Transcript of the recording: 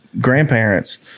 grandparents